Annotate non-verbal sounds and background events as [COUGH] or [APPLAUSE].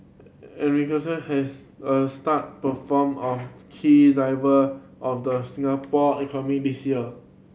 [UNINTELLIGIBLE] has a star perform of key diver of the Singapore economy this year